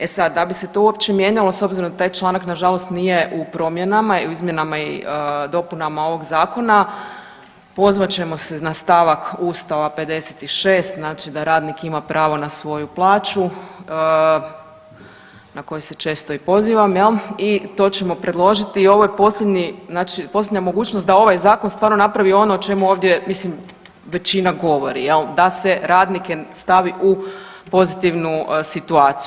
E sad da bi se to uopće mijenjalo s obzirom da taj članak nažalost nije u promjenama i u izmjenama i dopunama ovog zakona pozvat ćemo se na stavak ustava 56. znači da radnik ima pravo na svoju plaću na koju se često i pozivam jel i to ćemo predložiti i ovo je posljednji, znači posljednja mogućnost da ovaj zakon stvarno napravi ono o čemu ovdje mislim većina govori jel da se radnike stavi u pozitivnu situaciju.